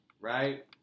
right